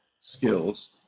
skills